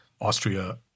Austria